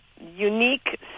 unique